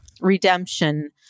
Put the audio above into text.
redemption